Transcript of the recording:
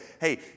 hey